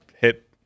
hit